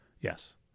yes